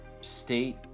state